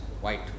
white